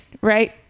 Right